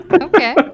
Okay